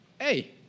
hey